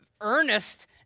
earnest